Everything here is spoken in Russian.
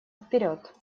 вперед